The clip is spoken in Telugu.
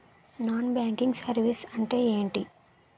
నాన్ బ్యాంకింగ్ సర్వీసెస్ అంటే ఎంటి?